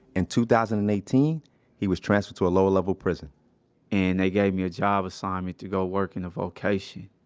in two thousand and eighteen he was transferred to a lower level prison and they gave me a job assignment to go work in the vocation.